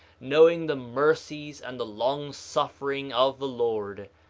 knowing the mercies and the long-suffering of the lord,